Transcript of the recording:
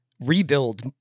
rebuild